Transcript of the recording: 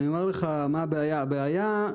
הבעיה,